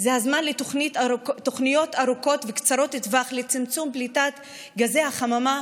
זה הזמן לתוכניות ארוכות וקצרות טווח לצמצום פליטת גזי החממה,